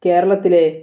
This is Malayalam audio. കേരളത്തിലെ